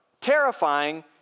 terrifying